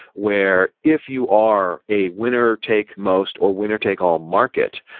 where if you are a winner take most or winner take all market,